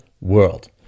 world